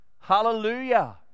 Hallelujah